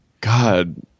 god